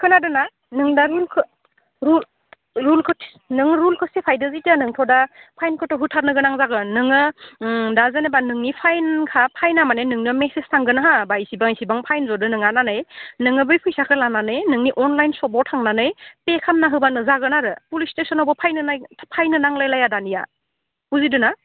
खोनादोंना नों दा रुलखौ सिफायदों जेथिया नोंथ' दा फाइनखौथ' होथारनो गोनां जागोन नोङो दा जेनेबा नोंनि फाइनखा फाइना माने नोंनो मेसेज थांगोन हा इसेबां इसेबां फाइन जदो नोंहा होननानै नोङो बै फैसाखो लानानै नोंनि अनलाइन एपआव थांनानै पे खालामना होबानो जागोन आरो पलिस स्थेसनावबो फैनो नांलाय लायला दानिया बुजिदोंना